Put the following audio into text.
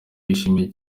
yishimiye